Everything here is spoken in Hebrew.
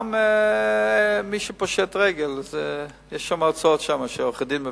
גם אם מישהו פושט רגל יש הוצאות שעורכי-דין מרוויחים.